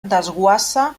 desguassa